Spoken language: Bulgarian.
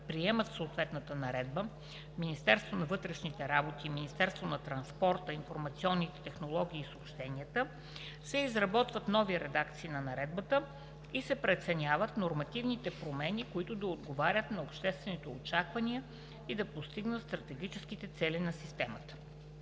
приемат съответната наредба – Министерството на вътрешните работи и Министерството на транспорта, информационните технологии и съобщенията, се изработват нови редакции на Наредбата и се преценяват нормативните промени, които да отговорят на обществените очаквания и да постигнат стратегическите цели на системата.